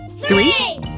Three